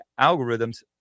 algorithms